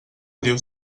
dius